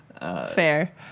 Fair